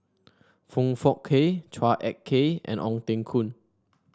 Foong Fook Kay Chua Ek Kay and Ong Teng Koon